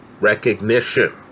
recognition